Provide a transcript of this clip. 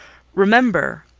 remember,